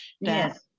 Yes